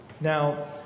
Now